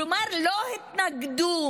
כלומר, לא התנגדו.